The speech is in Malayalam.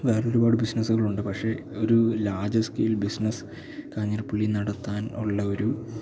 വേറൊരുപാട് ബിസിനസ്സുകളുണ്ട് പക്ഷേ ഒരു ലാർജ് സ്കെയിൽ ബിസിനസ്സ് കാഞ്ഞിരപ്പള്ളിയില് നടത്താൻ ഉള്ളൊരു